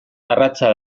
garratza